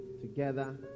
together